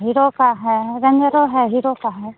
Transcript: hero का है रेन्जरो है हीरो का है